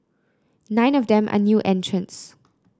nine of them are new entrants